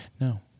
no